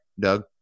Doug